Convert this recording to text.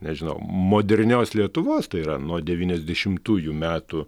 nežinau modernios lietuvos tai yra nuo devyniasdešimtųjų metų